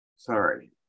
Sorry